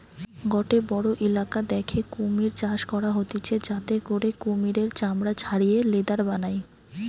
গটে বড়ো ইলাকা দ্যাখে কুমির চাষ করা হতিছে যাতে করে কুমিরের চামড়া ছাড়িয়ে লেদার বানায়